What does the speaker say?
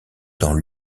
dans